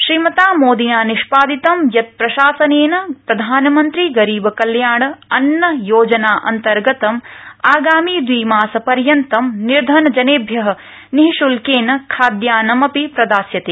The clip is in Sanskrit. श्रीमता मोदिना निष्पादितम् यत् प्रशासनेन प्रधानमन्त्री गरीब कल्याणअन्न योजनान्तर्गतं आगामिदविमास पर्यन्तम् निर्धन जनेभ्य निशुल्केन खाद्यान्नमपि प्रदास्यते